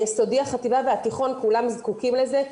היסודי, החטיבה והתיכון, כולם זקוקים לזה.